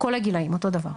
כל הגילאים אותו דבר.